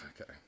Okay